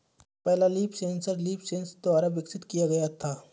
पहला leaf sensor LeafSens द्वारा विकसित किया गया था